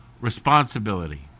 Responsibility